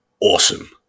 awesome